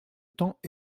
temps